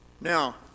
Now